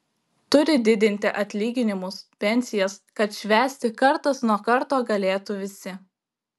turi didinti atlyginimus pensijas kad švęsti kartas nuo karto galėtų visi